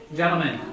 gentlemen